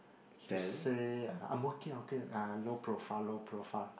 she say I'm working okay uh low profile low profile